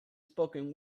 spoken